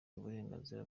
uburenganzira